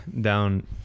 down